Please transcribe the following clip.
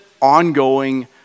ongoing